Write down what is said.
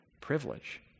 privilege